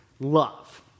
love